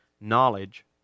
Knowledge